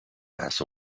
has